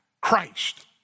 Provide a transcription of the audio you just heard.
Christ